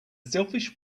selfish